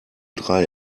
drei